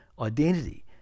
identity